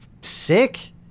sick